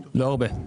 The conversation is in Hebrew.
לא הרבה.